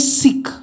sick